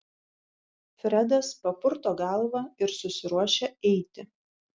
fredas papurto galvą ir susiruošia eiti